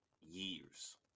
years